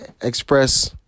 Express